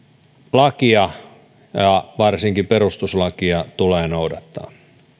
lakia varsinkin perustuslakia tulee noudattaa